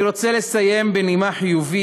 אני רוצה לסיים בנימה חיובית,